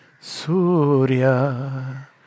Surya